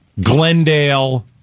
Glendale